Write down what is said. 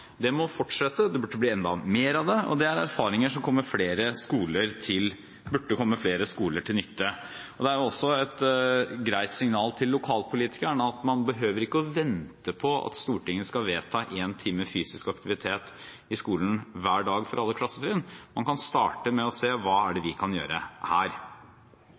det må fortsette, det burde bli enda mer av det, og det er erfaringer som burde komme flere skoler til nytte. Det er også et greit signal til lokalpolitikerne om at man ikke behøver å vente på at Stortinget skal vedta én time fysisk aktivitet i skolen hver dag for alle klassetrinn. Man kan starte med å si: Hva kan vi gjøre her?